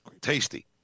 Tasty